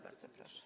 Bardzo proszę.